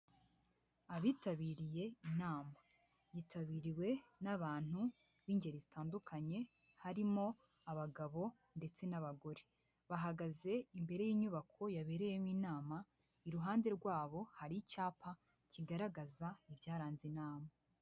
Abitabiriye inama, yitabiriwe n'abantu b'ingeri zitandukanye harimo abagabo ndetse n'abagore. Bahagaze imbere y'inyubako yabereyemo inama, iruhande rwabo hari icyapa kigaragaza ibyaranze inama.